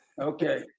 Okay